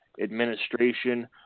administration